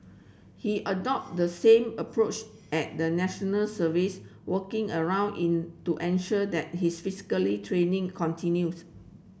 he adopted the same approach at the National Service working around in to ensure that his physically training continues